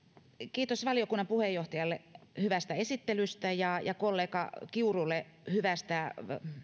kiitos valiokunnan puheenjohtajalle hyvästä esittelystä ja kollega kiurulle hyvästä